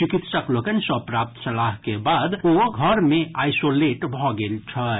चिकित्सक लोकनि सँ प्राप्त सलाह के बाद मे घर आइसोलेट भऽ गेल छथि